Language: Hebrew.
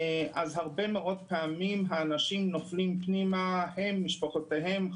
אז הרבה מאוד פעמים האנשים נופלים פנימה יחד עם משפחותיהם.